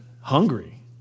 hungry